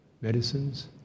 Medicines